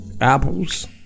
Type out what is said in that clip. apples